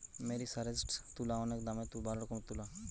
মেরিসারেসজড তুলা অনেক দামের ভালো রকমের তুলা